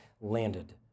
landed